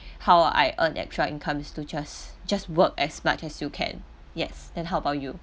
how I earn extra income is to just just work as much as you can yes then how about you